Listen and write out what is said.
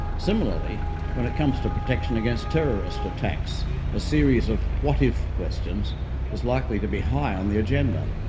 similarly when it comes to protection against terrorist attacks a series of what if questions is likely to be high on the agenda.